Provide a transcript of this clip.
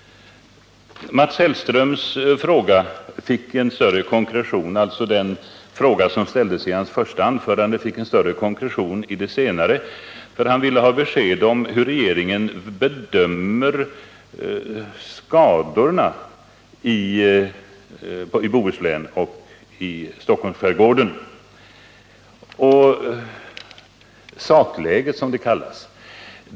Den fråga som ställdes i Mats Hellströms första anförande fick en större konkretion i hans senare anförande. Han ville ha besked om hur regeringen bedömer skadorna i Bohuslän och i Stockholms skärgård — sakläget som det kallas.